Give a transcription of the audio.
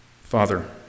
Father